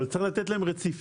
צריך גם לתת להם רציפים.